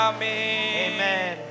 Amen